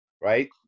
right